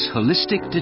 Holistic